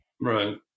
Right